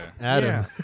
Adam